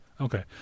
Okay